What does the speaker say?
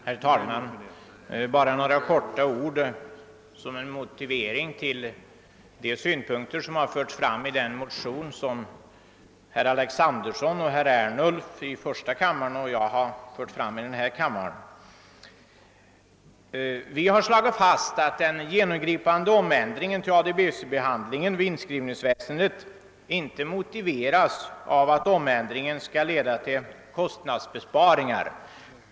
Herr talman! Bara några få ord som en motivering till de synpunkter som har förts fram i det motionspar som herrar Alexanderson och Ernulf i första kammaren och jag i denna kammare har väckt. Vi har här slagit fast att den genomgripande omläggningen till ADB-behandling i inskrivningsväsendet inte motiveras av att den skall leda till kostnadsbesparingar.